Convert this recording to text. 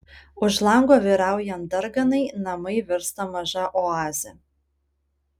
už lango vyraujant darganai namai virsta maža oaze